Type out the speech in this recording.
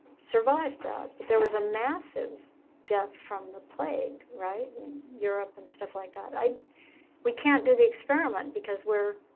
survived that. but there was a massive death from the plague, right, in europe and stuff like that. we can't do the experiment, because we're